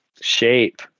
shape